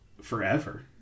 forever